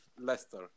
Leicester